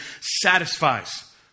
satisfies